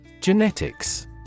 Genetics